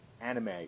anime